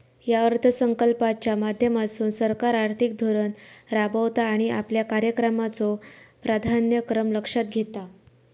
या अर्थसंकल्पाच्या माध्यमातसून सरकार आर्थिक धोरण राबवता आणि आपल्या कार्यक्रमाचो प्राधान्यक्रम लक्षात घेता